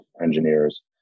engineers